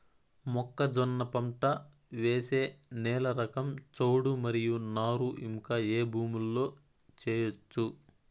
మొక్కజొన్న పంట వేసే నేల రకం చౌడు మరియు నారు ఇంకా ఏ భూముల్లో చేయొచ్చు?